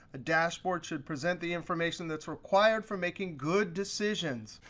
a dashboard should present the information that's required for making good decisions.